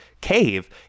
cave